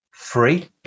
free